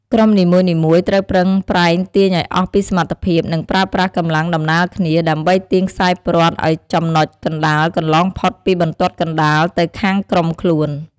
ក្រុមនីមួយៗត្រូវប្រឹងប្រែងទាញឱ្យអស់ពីសមត្ថភាព និងប្រើប្រាស់កម្លាំងដំណាលគ្នា ដើម្បីទាញខ្សែព្រ័ត្រឱ្យចំណុចកណ្ដាលកន្លងផុតពីបន្ទាត់កណ្ដាលទៅខាងក្រុមខ្លួន។